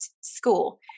school